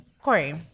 Corey